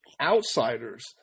Outsiders